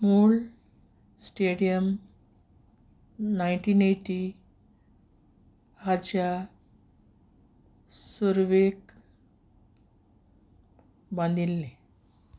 मूळ stadium nineteen eighty हाच्या सुर्वेक बांदिल्लें